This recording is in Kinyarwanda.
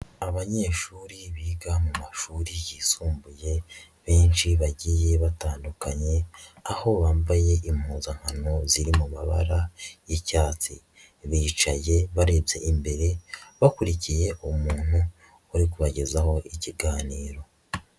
Abanyeshuri biga mu mashuri yisumbuye benshi bagiye batandukanye, aho bambaye impuzankano ziri mu mabara y'icyatsi, bicaye barebye imbere, bakurikiye umuntu uri kubagezaho ikiganiro.